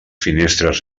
finestres